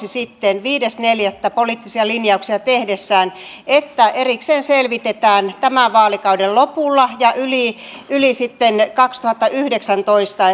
sitten viides neljättä poliittisia linjauksia tehdessään että erikseen selvitetään tämän vaalikauden lopulla ja yli yli sitten kaksituhattayhdeksäntoista